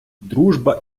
дружба